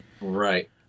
Right